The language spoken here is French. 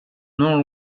non